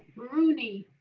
rooney.